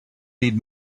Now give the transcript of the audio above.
need